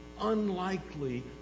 unlikely